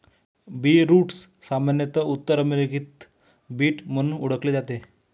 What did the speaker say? beetroot सामान्यत उत्तर अमेरिकेत बीट म्हणून ओळखले जाते